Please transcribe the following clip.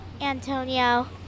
Antonio